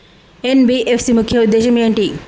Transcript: NBFC ముఖ్య ఉద్దేశం ఏంటి?